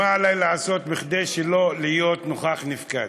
מה עלי לעשות כדי שלא להיות נוכח-נפקד?